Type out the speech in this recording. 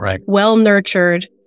well-nurtured